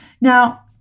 now